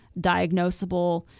diagnosable